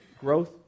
growth